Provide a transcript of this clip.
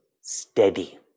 steady